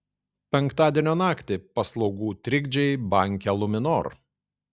penktadienio naktį paslaugų trikdžiai banke luminor